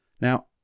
Now